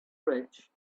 rich